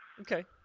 Okay